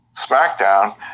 SmackDown